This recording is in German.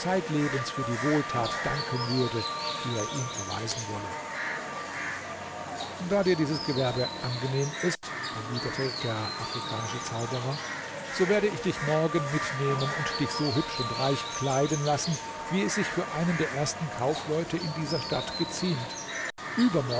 zeitlebens für die wohltat danken würde die er ihm erweisen wolle da dieses gewerbe dir angenehm ist erwiderte der afrikanische zauberer so werde ich dich morgen mitnehmen und dich so hübsch und reich kleiden lassen wie es sich für einen der ersten kaufleute in dieser stadt geziemt